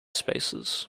spaces